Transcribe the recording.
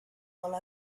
while